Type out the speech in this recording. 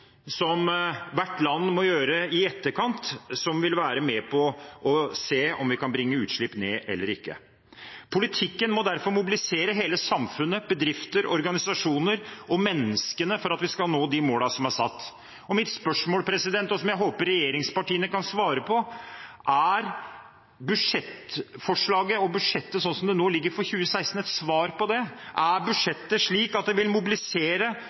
som hvert land må gjøre i etterkant, som vil avgjøre hvorvidt vi kan bringe utslippene ned eller ikke. Politikken må derfor mobilisere hele samfunnet – bedrifter, organisasjoner og mennesker – for at vi skal nå målene som er satt. Mitt spørsmål, som jeg håper regjeringspartiene kan svare på, er: Er budsjettforslaget og budsjettet som det nå ligger for 2016, et svar på det? Er budsjettet sånn at det vil mobilisere